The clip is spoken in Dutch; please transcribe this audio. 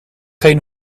geen